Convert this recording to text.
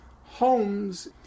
homes